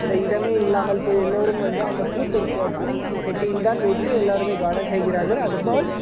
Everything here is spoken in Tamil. அந்த இடமே இல்லாமல் போய் எல்லோரும் வந்து அந்த பூ பூ சட்டியில் தான் வைத்து எல்லாலோருமே கார்டன் செய்கிறார்கள் அதுப்போல்